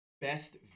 best